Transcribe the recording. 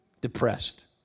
depressed